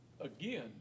again